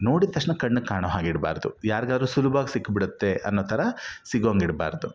ನೋಡಿದ ತಕ್ಷ್ಣ ಕಣ್ಣಿಗೆ ಕಾಣೋ ಹಾಗಿಡಬಾರ್ದು ಯಾರಿಗಾದ್ರೂ ಸುಲ್ಭವಾಗಿ ಸಿಕ್ಬಿಡುತ್ತೆ ಅನ್ನೋ ಥರ ಸಿಗೋ ಹಂಗೆ ಇಡಬಾರ್ದು